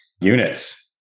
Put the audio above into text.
units